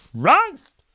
Christ